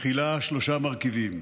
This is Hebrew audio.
מכילה שלושה מרכיבים: